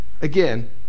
again